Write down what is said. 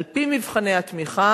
על-פי מבחני התמיכה